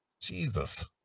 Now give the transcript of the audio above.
Jesus